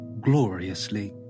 gloriously